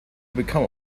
become